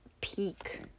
peak